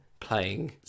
playing